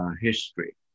history